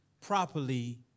properly